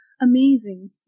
amazing